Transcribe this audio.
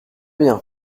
bien